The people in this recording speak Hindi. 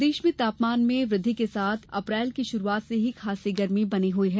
मौसम प्रदेश में तापमान में वृद्धि के साथ अप्रैल की शुरुआत से ही खासी गर्मी बनी हई है